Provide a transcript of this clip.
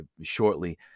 shortly